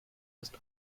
ist